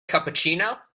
cappuccino